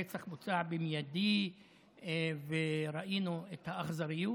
הרצח בוצע באופן מיידי וראינו את האכזריות.